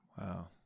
wow